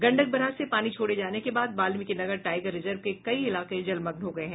Gandak barrage से पानी छोड़े जाने के बाद वाल्मिकी नगर टाइगर रिजर्व के कई इलाके जलमग्न हो गये हैं